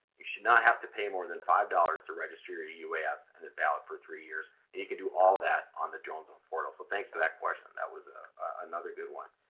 you should not have to pay more than five dollars to register your uas and it's valid for three years. and you can do all that on the dronezone portal, so thanks for that question. that was ah another good one.